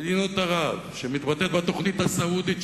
מדינות ערב שמתבטאת בתוכנית הסעודית,